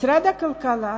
משרד הכלכלה